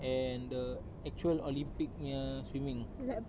and the actual olympic punya swimming